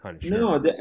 no